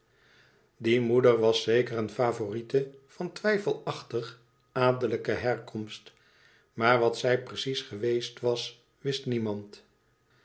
die moeder was zeker een favorite van twijfelachtig adellijke herkomst maar wat zij precies geweest was wist niemand